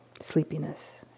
sleepiness